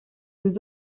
aux